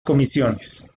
comisiones